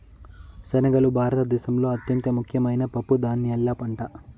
శనగలు భారత దేశంలో అత్యంత ముఖ్యమైన పప్పు ధాన్యాల పంట